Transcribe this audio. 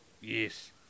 Yes